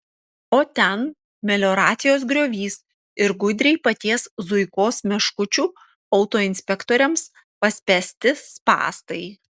o ten melioracijos griovys ir gudriai paties zuikos meškučių autoinspektoriams paspęsti spąstai